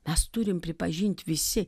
mes turim pripažinti visi